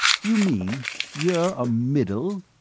you mean you're a middle?